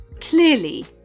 Clearly